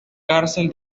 cárcel